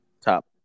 top